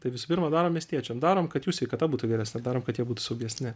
tai visų pirma darom miestiečiam darom kad jų sveikata būtų geresnė darom kad jie būtų saugesni